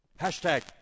Hashtag